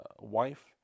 wife